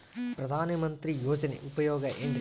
ಪ್ರಧಾನಮಂತ್ರಿ ಯೋಜನೆ ಉಪಯೋಗ ಏನ್ರೀ?